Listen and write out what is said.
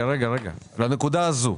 יש עוד הערות לנקודה הזאת?